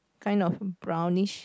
kind of brownish